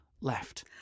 left